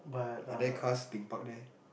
are there cars being parked there